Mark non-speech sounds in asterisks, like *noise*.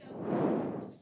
*breath*